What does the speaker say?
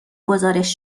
گزارش